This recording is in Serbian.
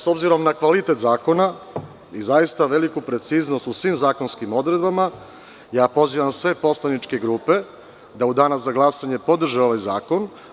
S obzirom na kvalitet zakona i zaista veliku preciznost u svim zakonskim odredbama, pozivam sve poslaničke grupe da u Danu za glasanje podrže ovaj zakon.